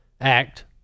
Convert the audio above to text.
Act